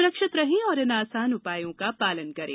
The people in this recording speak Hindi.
सुरक्षित रहें और इन आसान उपायों का पालन करें